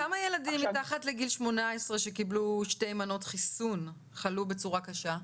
כמה ילדים מתחת לגיל 18 שקיבלו שתי מנות חיסון חלו בצורה קשה?